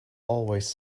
always